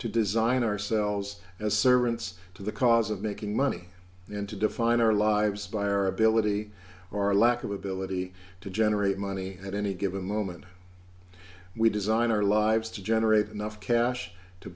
to design ourselves as servants to the cause of making money and to define our lives by our ability or lack of ability to generate money at any given moment we design our lives to generate enough cash to